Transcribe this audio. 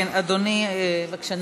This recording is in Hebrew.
כן, אדוני, בבקשה.